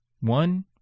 One